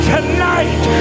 Tonight